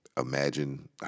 imagine